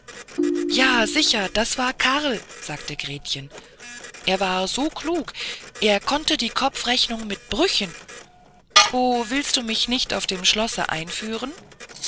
ja sicher das war karl sagte gretchen er war so klug er konnte die kopfrechnung mit brüchen o willst du mich nicht auf dem schlosse einführen